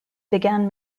began